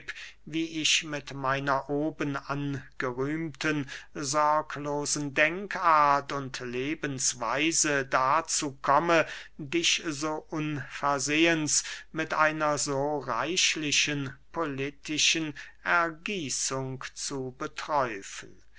wie ich mit meiner oben angerühmten sorglosen denkart und lebensweise dazu komme dich so unversehens mit einer so reichlichen politischen ergießung zu beträufen